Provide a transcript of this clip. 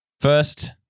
first